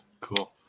Cool